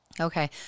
Okay